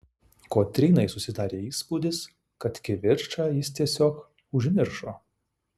kotrynai susidarė įspūdis kad kivirčą jis tiesiog užmiršo